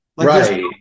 Right